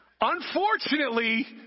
Unfortunately